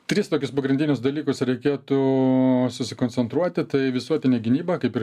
tris tokius pagrindinius dalykus reikėtų susikoncentruoti tai visuotinė gynyba kaip ir